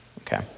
Okay